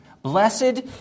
Blessed